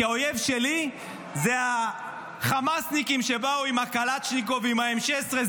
כי האויב שלי הוא החמאסניקים שבאו עם הקלצ'ניקוב ועם ה-16M,